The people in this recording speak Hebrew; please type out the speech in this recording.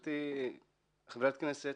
חברת הכנסת